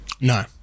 No